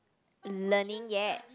learning yet